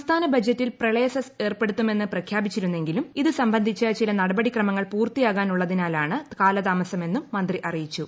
സംസ്ഥാന ബജറ്റിൽ പ്രളയ സെസ് ഏർപ്പെടുത്തുമെന്ന് പ്രഖ്യാപിച്ചിരുന്നെങ്കിലും ഇതു സംബന്ധിച്ച ചില നടപടിക്രമങ്ങൾ പൂർത്തിയാകാനുള്ളതിനാലാണ് കാലതാമസമെന്നും മന്ത്രി അറിയിച്ചു